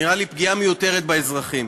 הוא נראה לי פגיעה מיותרת באזרחים.